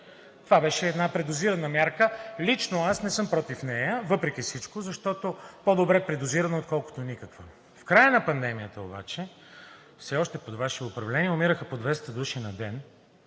Това беше една предозирана мярка. Лично аз не съм против нея, въпреки всичко, защото по-добре предозирана, отколкото никаква. В края на пандемията обаче, все още под Ваше управление, умираха по 200 души на ден